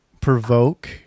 provoke